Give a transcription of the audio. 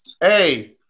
Hey